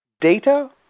Data